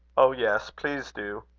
oh! yes please do.